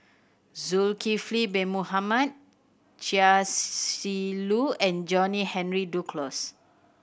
Zulkifli Bin Mohamed Chia Shi Lu and John Henry Duclos